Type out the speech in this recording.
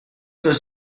dos